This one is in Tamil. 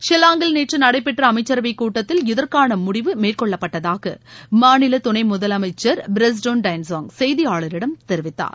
ஷில்லாங்கில் நேற்று நடைபெற்ற அமைச்சரவைக் கூட்டத்தில் இதற்கான முடிவு மேற்கொள்ளப்பட்டதாக மாநில துணை முதலமைச்சர் பிரஸ்டோன் டைன்சாய் செய்தியாளரிடம் தெரிவித்தார்